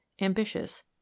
ambitious